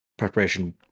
preparation